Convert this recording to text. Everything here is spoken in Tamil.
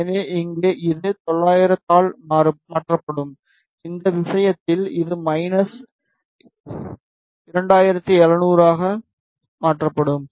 எனவே இங்கே இது 900 ஆல் மாற்றப்படும் இந்த விஷயத்தில் இது 2700 க்கு மாற்றப்படும்